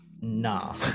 nah